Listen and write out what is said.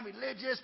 religious